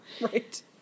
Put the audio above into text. Right